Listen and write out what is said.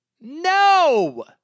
No